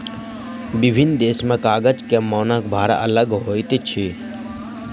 विभिन्न देश में कागज के मानक भार अलग होइत अछि